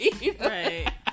Right